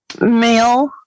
male